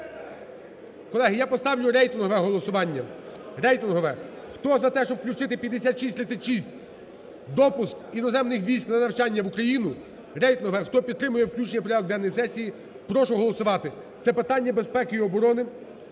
Колеги, я поставлю рейтингове голосування, рейтингове. Хто за те, щоб включити 5636, допуск іноземних військ на навчання в Україну, рейтингове, хто підтримує включення в порядок денний сесії, прошу голосувати. Це питання безпеки і оборони,